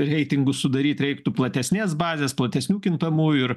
reitingų sudaryt reiktų platesnės bazės platesnių kintamųjų ir